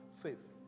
faith